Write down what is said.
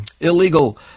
illegal